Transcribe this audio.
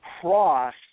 cross